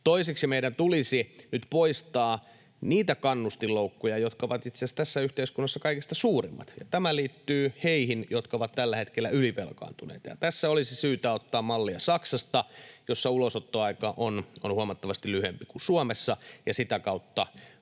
Toiseksi meidän tulisi nyt poistaa niitä kannustinloukkuja, jotka ovat itse asiassa tässä yhteiskunnassa kaikista suurimmat, ja tämä liittyy heihin, jotka ovat tällä hetkellä ylivelkaantuneita. Tässä olisi syytä ottaa mallia Saksasta, jossa ulosottoaika on huomattavasti lyhyempi kuin Suomessa, ja sitä kautta